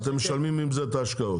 ואתם משלמים עם זה את ההשקעות?